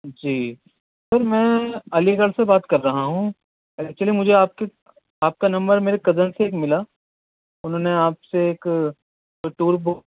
جی sir میں Aligarh سے بات کر رہا ہوں ایکچولی مجھے آپ کی آپ کا نمبر میرے کزن سے ملا انہوں نے آپ سے ایک ٹور بک